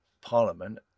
Parliament